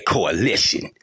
Coalition